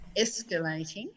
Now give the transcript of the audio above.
escalating